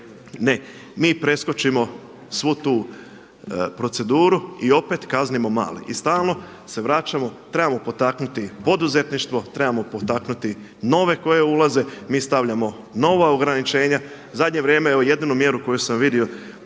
Ne, mi preskočimo svu tu proceduru i opet kaznimo male. I stalno se vraćamo, trebamo potaknuti poduzetništvo, trebamo potaknuti nove koji ulaze, mi stavljamo nova ograničenja. U zadnje vrijeme evo jedinu mjeru koju sam vidio